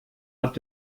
hat